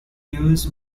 years